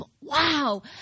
Wow